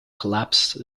collapse